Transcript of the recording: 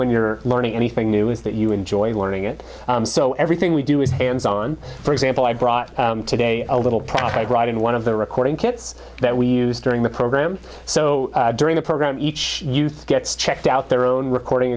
when you're learning anything new is that you enjoy learning it so everything we do is hands on for example i brought today a little profit writing one of the recording kits that we use during the program so during the program each youth gets checked out their own recording